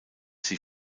sie